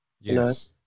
Yes